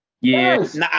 yes